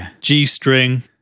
G-String